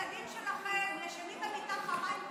העיקר שהילדים שלכם ישנים במיטה חמה עם קורת גג מעל הראש.